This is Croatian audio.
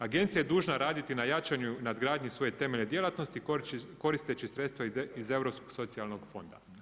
Agencija je dužna raditi na jačanju i nadgradnji svoje temeljne djelatnosti koristeći sredstva iz Europskog socijalnog fonda.